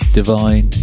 Divine